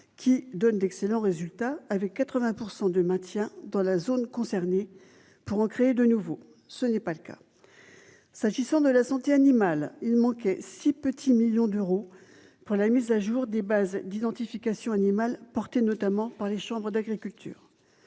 qui donne d'excellents résultats avec 80 % de maintien dans la zone concernée pour en créer de nouveaux, ce n'est pas le cas s'agissant de la santé animale, il manque six petits millions d'euros pour la mise à jour des bases d'identification animale, portée notamment par les chambres d'agriculture